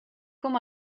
com